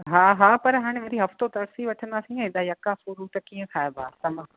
हा हा पर हाणे वरी हफ़्तो तरसी वठंदासीं एॾा यका फ़्रूट कीअं खाइबा त मां